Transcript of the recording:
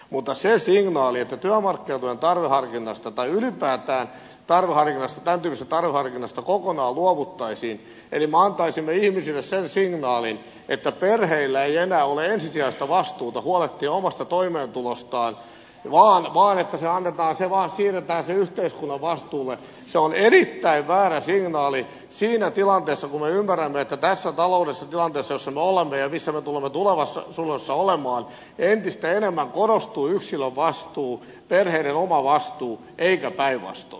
mutta se signaali että työmarkkinatuen tarveharkinnasta tai ylipäätään tämän tyyppisestä tarveharkinnasta kokonaan luovuttaisiin eli me antaisimme ihmisille sen signaalin että perheillä ei enää ole ensisijaista vastuuta huolehtia omasta toimeentulostaan vaan se vain siirretään yhteiskunnan vastuulle on erittäin väärä signaali siinä tilanteessa kun me ymmärrämme että tässä ta loudellisessa tilanteessa jossa me olemme ja missä me tulemme tulevaisuudessa olemaan entistä enemmän korostuu yksilön vastuu perheiden oma vastuu eikä päinvastoin